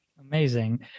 Amazing